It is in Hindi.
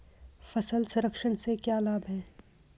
फल संरक्षण से क्या लाभ है?